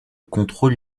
contrôle